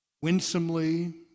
Winsomely